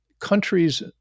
countries